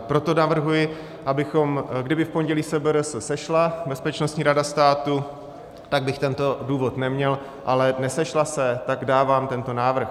Proto navrhuji, abychom kdyby v pondělí se BRS sešla, Bezpečnostní rada státu, tak bych tento důvod neměl, ale nesešla se, tak dávám tento návrh.